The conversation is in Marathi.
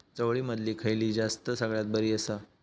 चवळीमधली खयली जात सगळ्यात बरी आसा?